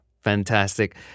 Fantastic